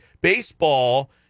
baseball